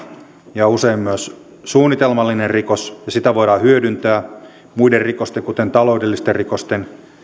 ja usein myös suunnitelmallinen rikos ja sitä voidaan hyödyntää muiden rikosten kuten taloudellisten rikosten